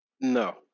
No